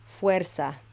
fuerza